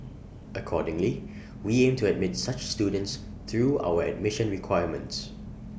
accordingly we aim to admit such students through our admission requirements